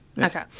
Okay